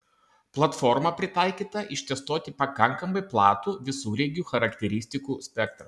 platforma pritaikyta ištestuoti pakankamai platų visureigių charakteristikų spektrą